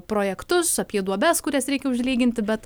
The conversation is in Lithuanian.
projektus apie duobes kurias reikia užlyginti bet